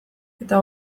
eta